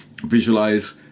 visualize